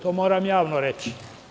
To moram javno reći.